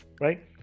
right